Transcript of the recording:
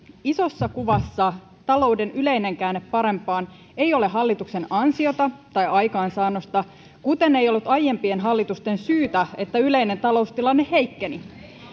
isossa kuvassa talouden yleinen käänne parempaan ei ole hallituksen ansiota tai aikaansaannosta kuten ei ollut aiempien hallitusten syytä että yleinen taloustilanne heikkeni